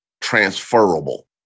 transferable